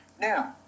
Now